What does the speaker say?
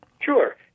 Sure